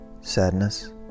Sadness